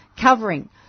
covering